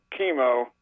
chemo